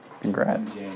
Congrats